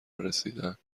رسیدن